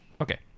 Okay